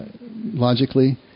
logically